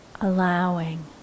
allowing